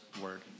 Word